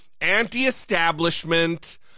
anti-establishment